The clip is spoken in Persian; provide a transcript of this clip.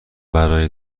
برای